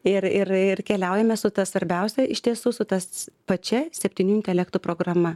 ir ir ir keliaujame su ta svarbiausia iš tiesų su ta pačia septynių intelektų programa